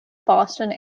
boston